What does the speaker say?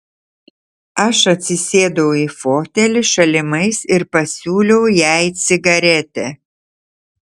aš atsisėdau į fotelį šalimais ir pasiūliau jai cigaretę